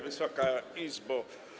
Wysoka Izbo!